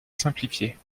simplifié